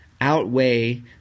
outweigh